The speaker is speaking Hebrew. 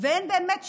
ואין באמת שיניים,